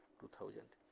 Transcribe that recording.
two thousand.